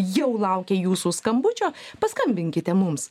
jau laukia jūsų skambučio paskambinkite mums